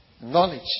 knowledge